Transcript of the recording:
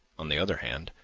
on the other hand,